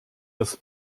das